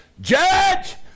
Judge